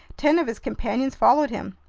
ten of his companions followed him.